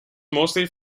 mostly